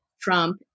Trump